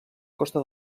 costa